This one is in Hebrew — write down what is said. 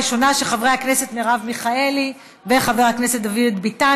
הצעת החוק תעבור אף היא לדיון בוועדת החוקה,